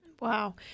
Wow